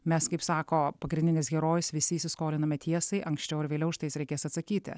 mes kaip sako pagrindinis herojus visi įsiskoliname tiesai anksčiau ar vėliau už tais reikės atsakyti